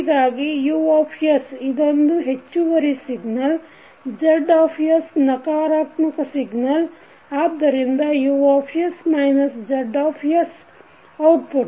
ಹೀಗಾಗಿ Uಇದೊಂದು ಹೆಚ್ಚುವರಿ ಸಿಗ್ನಲ್ Z ನಕಾರಾತ್ಮಕ ಸಿಗ್ನಲ್ ಆದ್ದರಿಂದ Us Z ಔಟ್ಪುಟ್